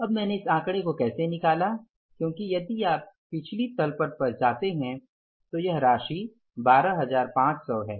अब मैंने इस आंकड़े को कैसे निकला क्योंकि यदि आप पिछली तल पट पर जाते हैं तो यह राशि 12500 है